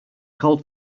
called